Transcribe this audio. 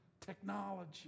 technology